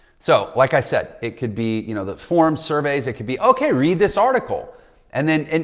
so like i said, it could be, you know the form surveys, it could be okay, read this article and then, and